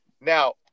now